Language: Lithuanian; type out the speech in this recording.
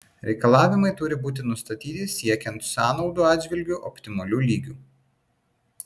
reikalavimai turi būti nustatyti siekiant sąnaudų atžvilgiu optimalių lygių